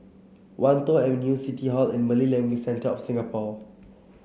Wan Tho Avenue City Hall and Malay Language Centre of Singapore